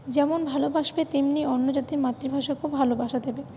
যেমন ভালবাসবে তেমনি অন্য জাতির মাতৃভাষাকেও ভালোবাসা দেবে